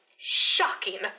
shocking